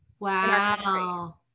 Wow